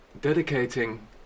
dedicating